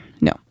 No